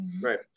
Right